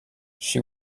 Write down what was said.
she